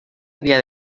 havia